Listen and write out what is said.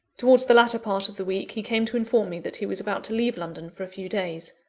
towards the latter part of the week, he came to inform me that he was about to leave london for a few days.